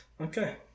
okay